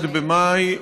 1 במאי,